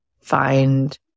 find